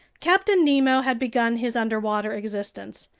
captain nemo had begun his underwater existence.